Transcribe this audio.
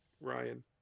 Ryan